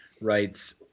writes